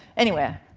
anyway,